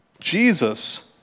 Jesus